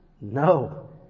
No